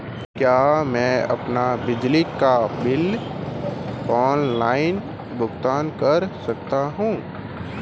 क्या मैं अपना बिजली बिल ऑनलाइन भुगतान कर सकता हूँ?